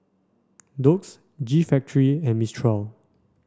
Doux G Factory and Mistral